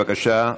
בבקשה.